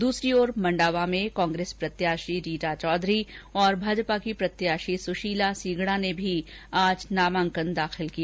दूसरी ओर मंडावा में कांग्रेस प्रत्याशी रीटा चौधरी और भाजपा की प्रत्याशी सुशीला सीगडा ने भी आज नामांकन दाखिल किया